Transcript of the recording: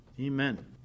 Amen